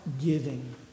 giving